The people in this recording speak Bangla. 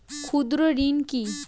ক্ষুদ্র ঋণ কি?